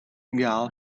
gal